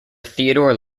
theodore